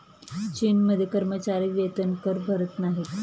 चीनमध्ये कर्मचारी वेतनकर भरत नाहीत